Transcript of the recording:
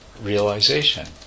realization